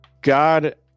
God